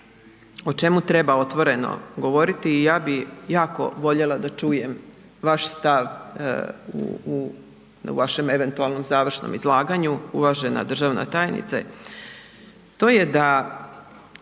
o čemu treba otvoreno govoriti, ja bih jako voljela da čujem vaš stav, u vašem eventualnom završnom izlaganju, uvažena državna tajnice, to je da